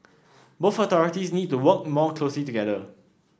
both authorities need to work more closely together